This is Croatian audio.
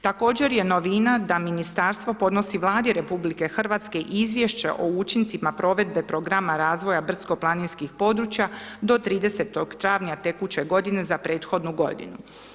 Također je novina da Ministarstvo podnosi Vladi RH izvješće o učincima provedbe programa razvoja brdsko planinskih područja do 30. travnja tekuće godine za prethodnu godinu.